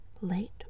late